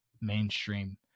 mainstream